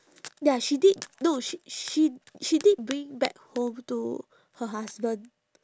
ya she did no sh~ she she did bring back home to her husband